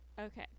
Okay